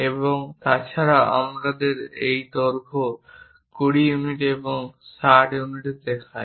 এবং এছাড়াও আমরা এর দৈর্ঘ্য 20 ইউনিট এবং 60 ইউনিট দেখাই